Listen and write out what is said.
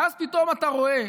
ואז פתאום אתה רואה,